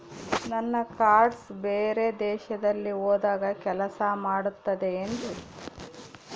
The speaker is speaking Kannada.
ನನ್ನ ಕಾರ್ಡ್ಸ್ ಬೇರೆ ದೇಶದಲ್ಲಿ ಹೋದಾಗ ಕೆಲಸ ಮಾಡುತ್ತದೆ ಏನ್ರಿ?